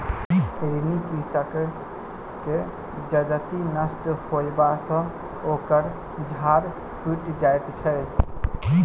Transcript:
ऋणी कृषकक जजति नष्ट होयबा सॅ ओकर डाँड़ टुइट जाइत छै